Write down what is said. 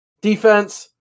Defense